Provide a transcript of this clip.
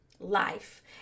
life